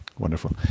Wonderful